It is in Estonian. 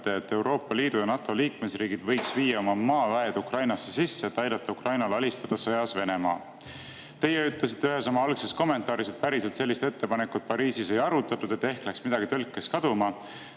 et Euroopa Liidu ja NATO liikmesriigid võiksid viia oma maaväed Ukrainasse sisse, et aidata Ukrainal alistada sõjas Venemaa. Teie ütlesite ühes oma algses kommentaaris, et päriselt sellist ettepanekut Pariisis ei arutatud, ehk läks midagi tõlkes kaduma.